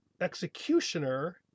executioner